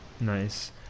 Nice